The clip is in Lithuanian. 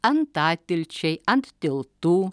antatilčiai ant tiltų